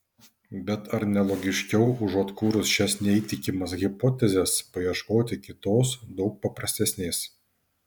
bet ar ne logiškiau užuot kūrus šias neįtikimas hipotezes paieškoti kitos daug paprastesnės